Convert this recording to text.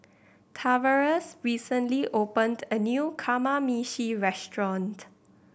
Tavares recently opened a new Kamameshi Restaurant